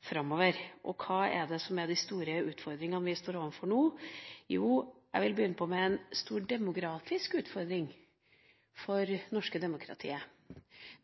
framover. Hvilke store utfordringer står vi overfor nå? Jeg vil begynne med en stor demografisk utfordring for det norske demokratiet,